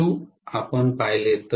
OQ आपण पाहिले तर